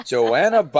Joanna